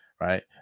right